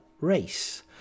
race